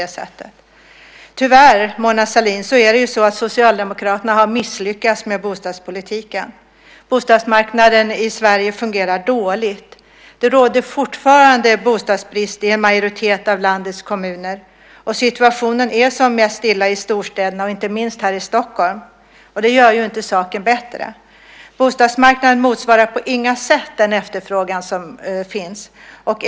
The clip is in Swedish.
Tyvärr, Mona Sahlin, har Socialdemokraterna misslyckats med bostadspolitiken. Bostadsmarknaden i Sverige fungerar dåligt. Det råder fortfarande bostadsbrist i en majoritet av landets kommuner. Situationen är värst i storstäderna, inte minst här i Stockholm. Bostadsmarknaden motsvarar på inga sätt den efterfrågan som finns.